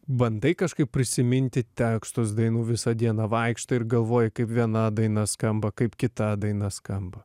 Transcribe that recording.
bandai kažkaip prisiminti tekstus dainų visą dieną vaikštai ir galvoji kaip viena daina skamba kaip kita daina skamba